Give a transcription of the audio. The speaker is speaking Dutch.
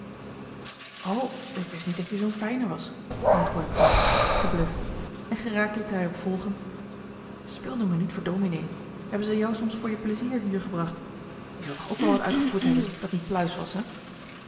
ik wist niet dat jij zoo'n fijne was antwoordde knol verbluft en geraakt liet hij er op volgen speel nu maar niet voor dominee hebben ze jou soms voor je plezier hier gebracht je zult toch ook wel wat uitgevoerd hebben dat niet pluis was